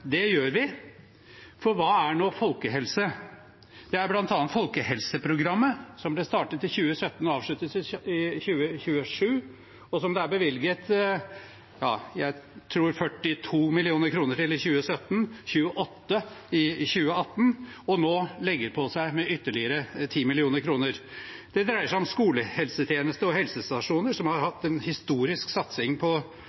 som avsluttes i 2027, og som jeg tror det er bevilget 42 mill. kr til i 2017, 28 mill. kr i 2018 og nå legger på seg med ytterligere 10 mill. kr. Det dreier seg om skolehelsetjeneste og helsestasjoner, som har